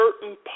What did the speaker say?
certain